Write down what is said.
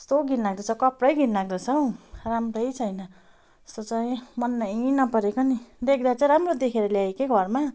कस्तो घिनलाग्दो छ कपडै घिनलाग्दो छ हौ राम्रै छैन यस्तो चाहिँ मनै नपरेको नि देख्दा चाहिँ राम्रो देखेर ल्याए कि घरमा